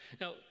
Now